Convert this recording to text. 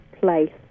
place